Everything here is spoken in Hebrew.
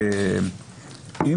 שאלה ראשונה.